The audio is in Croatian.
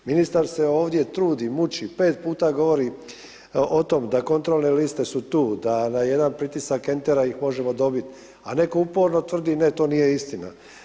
Ministar se ovdje trudi, muči, 5 puta govori o tom da kontrolne liste su tu, da na jedan pritisak entera ih možemo dobit, a netko uporno tvrdi, ne, to nije istina.